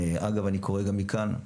אגב אני קורא גם מכאן,